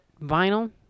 vinyl